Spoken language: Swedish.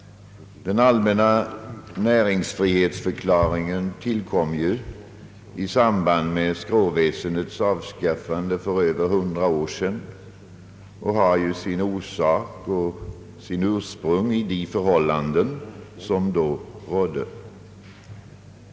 Den allmänna näringsfrihetsförklaringen tillkom i samband med skråväsendets avskaffande för över 100 år sedan och har sin orsak och sitt ursprung i de förhållanden som då rådde.